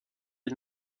est